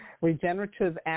Regenerative